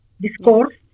discourse